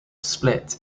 split